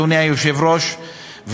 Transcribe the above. אדוני היושב-ראש.